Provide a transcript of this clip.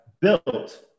built